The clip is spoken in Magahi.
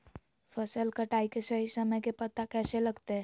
फसल कटाई के सही समय के पता कैसे लगते?